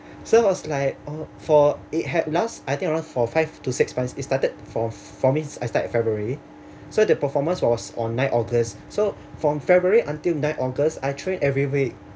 so I was like or for it had lost I think around for five to six months it started for for me I started february so the performance was on nine august so from february until nine august I trained every week